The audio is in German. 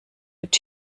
mit